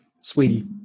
sweetie